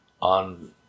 on